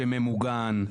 שממוגן,